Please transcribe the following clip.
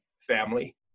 family